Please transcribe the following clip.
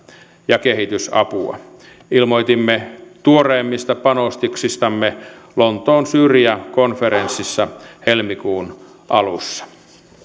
ja kehitysapua ilmoitimme tuoreemmista panostuksistamme lontoon syyria konferenssissa helmikuun alussa